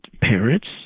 parents